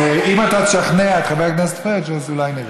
אם אתה תשכנע את חבר הכנסת פריג', אולי נראה.